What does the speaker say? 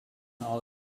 all